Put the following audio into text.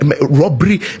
robbery